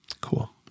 Cool